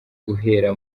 guhera